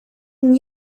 n’y